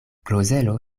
klozelo